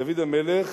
דוד המלך.